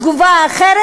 תגובה אחרת.